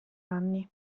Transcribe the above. anni